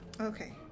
Okay